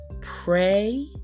pray